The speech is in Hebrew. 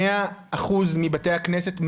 מאה אחוז מבתי הכנסת,